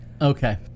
Okay